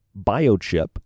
biochip